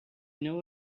know